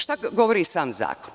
Šta govori sam zakon?